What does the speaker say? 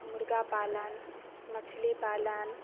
मुर्गापालन मछलीपालन